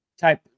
type